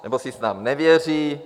Nebo si snad nevěří?